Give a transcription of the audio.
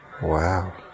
Wow